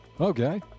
okay